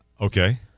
okay